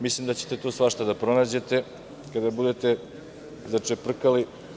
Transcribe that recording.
Mislim da ćete tu svašta da pronađete kada budete začeprkali.